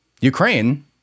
Ukraine